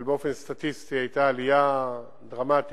אבל באופן סטטיסטי היתה עלייה דרמטית